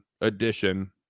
edition